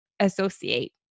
associate